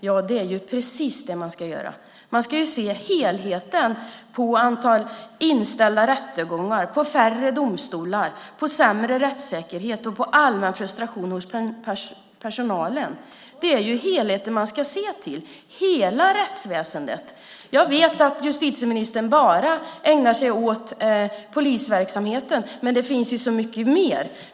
Ja, det är precis det man ska göra. Man ska se helheten när det gäller antalet inställda rättegångar, färre domstolar, sämre rättssäkerhet och allmän frustration hos personalen. Det är helheten man ska se, hela rättsväsendet. Jag vet att justitieministern bara ägnar sig åt polisverksamheten, men det finns ju så mycket mer.